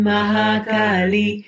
Mahakali